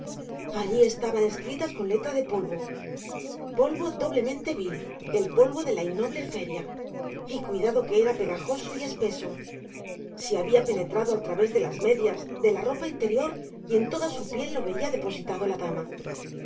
escritas con letras de polvo polvo doblemente vil el polvo de la innoble feria y cuidado que era pegajoso y espeso si había penetrado al través de las medias de la ropa interior y en toda su piel lo veía depositado la dama